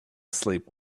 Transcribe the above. sleep